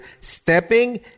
Stepping